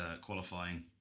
qualifying